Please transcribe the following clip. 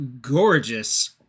gorgeous